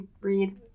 read